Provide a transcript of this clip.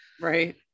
Right